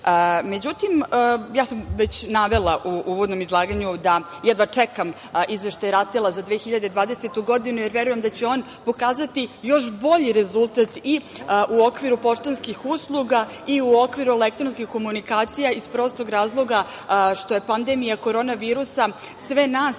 telefona.Međutim, ja sam već navela u uvodnom izlaganju da jedva čekam izveštaj RATEL-a za 2020. godinu, jer verujem da će on pokazati još bolji rezultat i u okviru poštanskih usluga i u okviru elektronskih komunikacija iz prostog razloga što je pandemija korona virusa sve nas